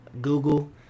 Google